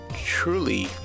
truly